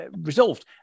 resolved